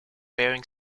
bering